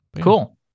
Cool